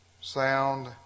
sound